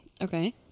okay